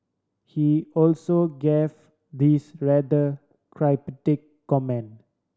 he also gave this rather cryptic comment